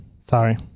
sorry